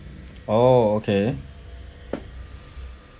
oh okay